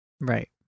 right